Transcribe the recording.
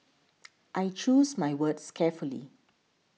I choose my words carefully